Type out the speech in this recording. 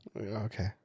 Okay